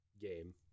game